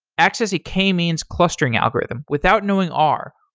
access a k-means clustering algorithm without knowing r,